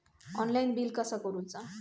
Online bill कसा करुचा?